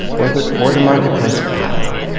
or the or the marketplace of power.